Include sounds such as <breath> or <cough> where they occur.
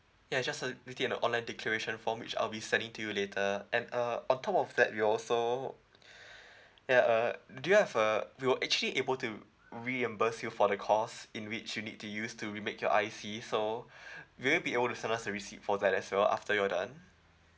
ya just err a online declaration form which I'll be sending to you later and uh on top of that we'll also <breath> ya err do you have a we'll actually able to reimburse you for the cost in which you need to use to remake your I_C so <breath> will you be able to send us the receipt for that as well after you're done